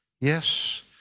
yes